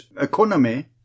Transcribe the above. economy